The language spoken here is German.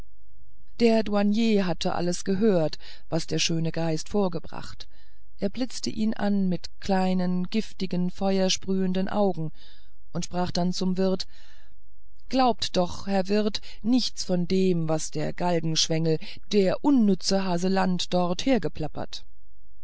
der douanier hatte alles gehört was der schöne geist vorgebracht er blitzte ihn an mit den kleinen giftiges feuer sprühenden augen und sprach dann zum wirt glaubt doch herr wirt nichts von dem allen was der galgenschwengel der unnütze haselant dort hergeplappert